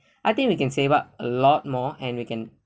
I think we can save up a lot more and we can